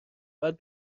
باید